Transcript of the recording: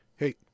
Hey